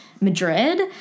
Madrid